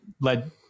led